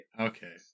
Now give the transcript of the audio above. Okay